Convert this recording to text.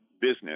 business